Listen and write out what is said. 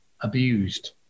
abused